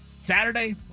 Saturday